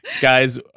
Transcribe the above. Guys